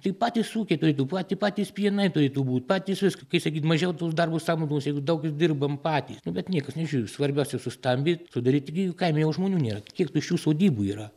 tai patys ūkiai turėtų paty patys pienai turėtų būt patys viską kai sakyt mažiau tų darbo sąnaudos jeigu daug dirbam patys bet niekas nežiūri svarbiuosius sustambyt sudaryt gi kaime jau žmonių nėra kiek tuščių sodybų yra